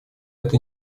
это